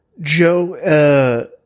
Joe